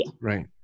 Right